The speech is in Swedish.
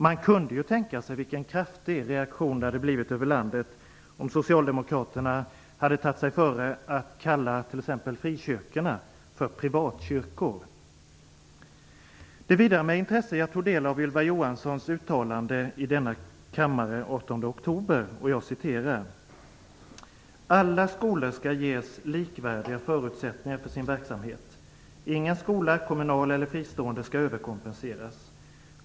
Man kan tänka sig vilken kraftig reaktion det hade blivit ute i landet om Socialdemokraterna t.ex. hade kallat frikyrkorna för privatkyrkor. Jag tog med intresse del av Ylva Johanssons uttalande i denna kammare den 18 oktober. Jag citerar: "Alla skolor skall ges likvärdiga förutsättningar för sin verksamhet. Ingen skola, kommunal eller fristående, skall överkompenseras.